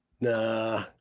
Nah